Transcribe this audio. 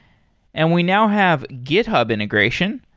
and we now have github integration.